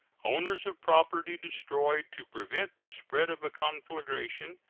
owners of property destroyed to prevent the spread of a conflagration,